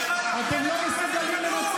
--- שלחו לבן של בנט כדור.